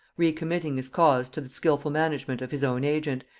re-committing his cause to the skilful management of his own agent,